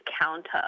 counter